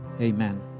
Amen